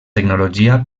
tecnologia